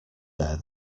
there